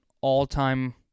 all-time